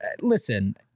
Listen